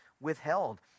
withheld